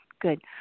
Good